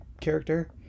character